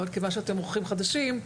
אבל כיוון שאתם אורחים חדשים,